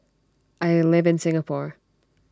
I live in Singapore